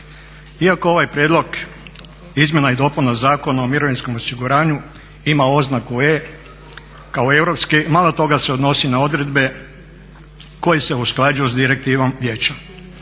Iako ovaj prijedlog izmjena i dopuna Zakona o mirovinskom osiguranju ima oznaku E kao europski, malo toga se odnosi na odredbe koje se usklađuju sa Direktivom Vijeća.